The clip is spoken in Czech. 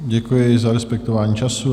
Děkuji za respektování času.